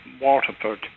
Waterford